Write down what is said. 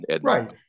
Right